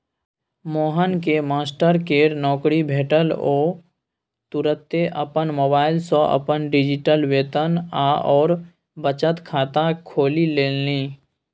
मोहनकेँ मास्टरकेर नौकरी भेटल ओ तुरते अपन मोबाइल सँ अपन डिजिटल वेतन आओर बचत खाता खोलि लेलनि